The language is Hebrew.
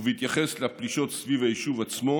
בהתייחס לפלישות סביב היישוב עצמו,